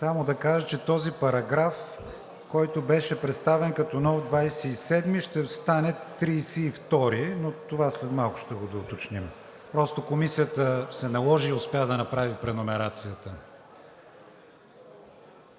Само да кажа, че този параграф, който беше представен като нов § 27, ще стане § 32, но това след малко ще го доуточним. Наложи се Комисията и успя да направи преномерацията.